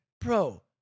Bro